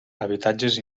habitatges